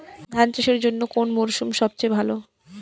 ধান চাষের জন্যে কোন মরশুম সবচেয়ে ভালো?